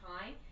time